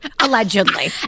Allegedly